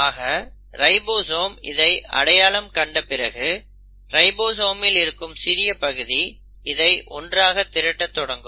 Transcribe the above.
ஆக ரைபோசோம் இதை அடையலாம் கண்ட பிறகு ரைபோசோமில் இருக்கும் சிறிய பகுதி இதை ஒன்றாக திரட்டத் தொடங்கும்